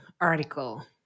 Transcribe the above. article